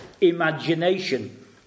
imagination